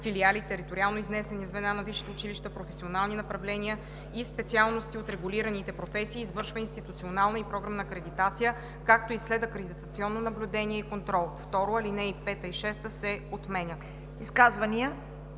филиали, териториално изнесени звена на висшите училища, професионални направления и специалности от регулираните професии и извършва институционална и програмна акредитация, както и следакредитационно наблюдение и контрол.“ 2. Алинеи 5 и 6 се отменят.“